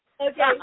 Okay